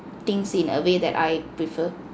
things in a way that I prefer